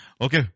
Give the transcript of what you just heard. Okay